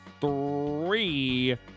three